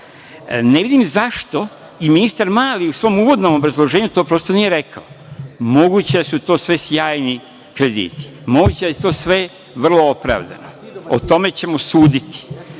Ne vidim zašto i ministar Mali, u svom uvodnom obrazloženju to prosto nije rekao, jer moguće je da su to sve sjajni krediti, moguće je da je to sve vrlo opravdano. O tome ćemo suditi,